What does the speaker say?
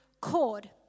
cord